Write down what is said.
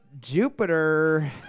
Jupiter